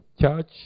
Church